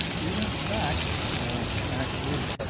we went back actually